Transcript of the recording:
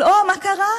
אבל אוה, מה קרה?